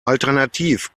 alternativ